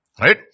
Right